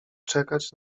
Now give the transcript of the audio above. czekać